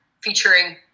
featuring